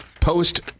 post